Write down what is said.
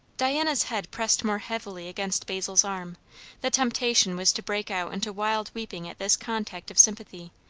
diana's head pressed more heavily against basil's arm the temptation was to break out into wild weeping at this contact of sympathy,